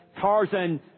Tarzan